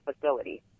facility